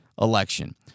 election